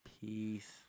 Peace